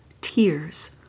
tears